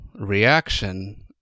reaction